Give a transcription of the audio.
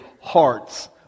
hearts